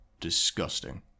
Disgusting